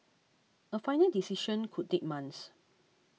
a final decision could take months